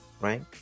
right